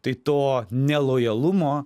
tai to nelojalumo